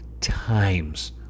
times